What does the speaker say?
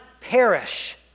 perish